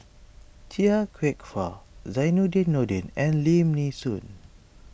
Chia Kwek Fah Zainudin Nordin and Lim Nee Soon